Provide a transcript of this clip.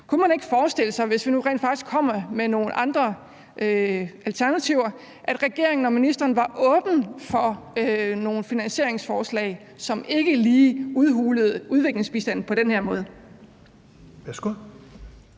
nogle andre alternativer, at regeringen og ministeren var åbne for at se på nogle finansieringsforslag, som ikke lige udhulede udviklingsbistanden på den her måde?